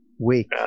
week